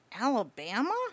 Alabama